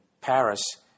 Paris